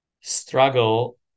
struggle